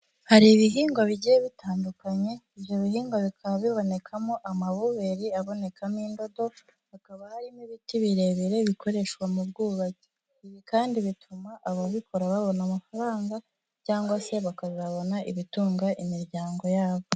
Hari ibihingwa bigiye bitandukanye ibyo bihingwa bikaba bibonekamo amaboberi abonekamo indodo, hakaba harimo ibiti birebire bikoreshwa mu bwubatsi, ibi kandi bituma ababikora babona amafaranga cyangwa se bakanabona ibitunga imiryango yabo.